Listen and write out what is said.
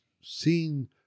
seen